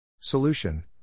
Solution